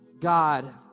God